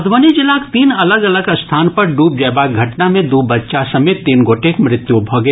मधुबनी जिलाक तीन अलग अलग स्थान पर डूबि जयबाक घटना मे दू बच्चा समेत तीन गोटेक मृत्यु भऽ गेल